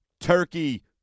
turkey